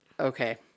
Okay